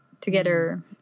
together